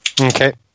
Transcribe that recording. Okay